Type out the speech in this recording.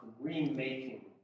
remaking